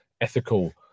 ethical